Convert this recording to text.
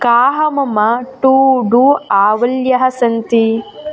काः मम to do आवल्यः सन्ति